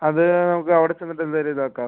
അത് നമുക്ക് അവിടെ ചെന്നിട്ട് എന്തെങ്കിലും ഇതാക്കാം